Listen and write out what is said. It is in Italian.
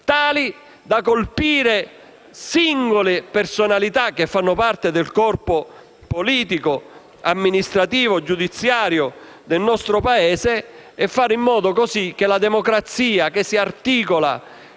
tali da colpire singole personalità che fanno parte del corpo politico, amministrativo e giudiziario del nostro Paese e fare in modo così che la democrazia, che si articola